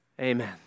Amen